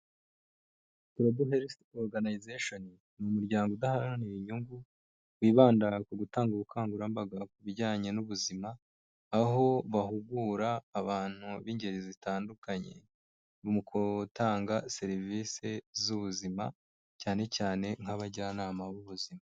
Global Health Organization ni umuryango udaharanira inyungu, wibanda ku gutanga ubukangurambaga ku bijyanye n'ubuzima, aho bahugura abantu b'ingeri zitandukanye mu gutanga serivisi z'ubuzima, cyane cyane nk'abajyanama b'ubuzima.